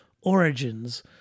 Origins